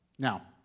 Now